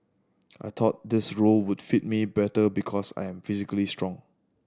I thought this role would fit me better because I am physically strong